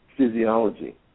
Physiology